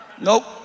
Nope